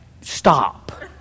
stop